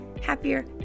happier